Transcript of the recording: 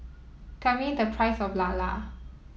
tell me the price of Lala